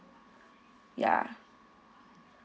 ya